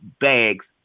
bags